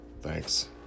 Thanks